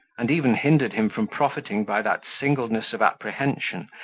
and even hindered him from profiting by that singleness of apprehension,